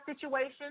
situation